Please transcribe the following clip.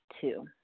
two